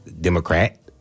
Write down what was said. Democrat